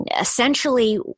essentially